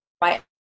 right